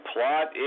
Plot